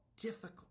difficult